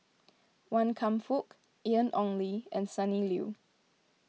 Wan Kam Fook Ian Ong Li and Sonny Liew